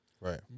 Right